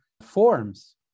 forms